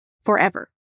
forever